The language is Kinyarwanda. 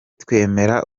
twemera